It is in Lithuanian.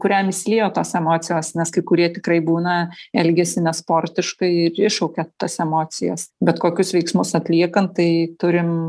kuriam išsiliejo tos emocijos nes kai kurie tikrai būna elgiasi nesportiškai ir iššaukia tas emocijas bet kokius veiksmus atliekant tai turim